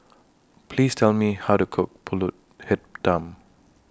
Please Tell Me How to Cook Pulut Hitam